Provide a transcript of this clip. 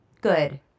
Good